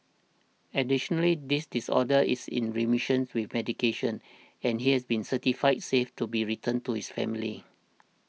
additionally this disorder is in remission with medication and he has been certified safe to be returned to his family